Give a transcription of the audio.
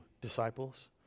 disciples